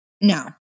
no